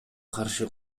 каршы